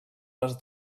les